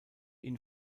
ihn